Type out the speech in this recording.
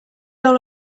all